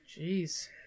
Jeez